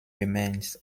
remains